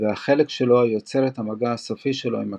והחלק שלו היוצר את המגע הסופי שלו עם הכביש,